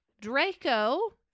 Draco